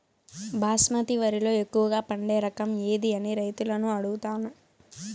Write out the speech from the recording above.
బాస్మతి వరిలో ఎక్కువగా పండే రకం ఏది అని రైతులను అడుగుతాను?